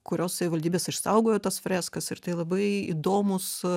kurios savivaldybės išsaugojo tas freskas ir tai labai įdomūs